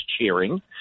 cheering